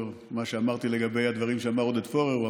מה שאמרתי לגבי הדברים שאמר עודד פורר.